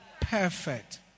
Perfect